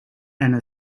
anna